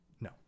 No